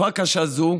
בתקופה קשה זו,